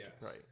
Right